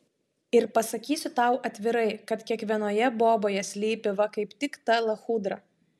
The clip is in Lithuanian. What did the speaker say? ir pasakysiu tau atvirai kad kiekvienoje boboje slypi va kaip tik ta lachudra